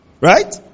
Right